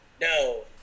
no